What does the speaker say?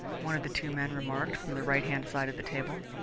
one of the two men remarked from the right-hand side of the table.